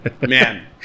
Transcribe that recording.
Man